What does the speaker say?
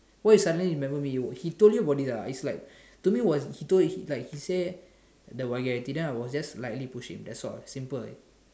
why you suddenly remember me you he told you about this ah is like to me was he told you he like he say the vulgarity then I was just like lightly push him that's all simple you know